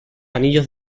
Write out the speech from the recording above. anillos